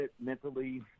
mentally